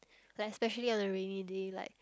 like especially on a rainy day like